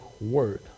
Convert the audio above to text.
word